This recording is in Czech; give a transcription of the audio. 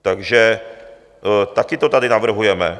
Takže také to tady navrhujeme.